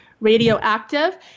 radioactive